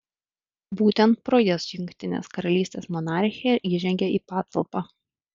būtent pro jas jungtinės karalystės monarchė įžengia į patalpą